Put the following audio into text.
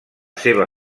seva